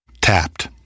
Tapped